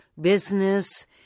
business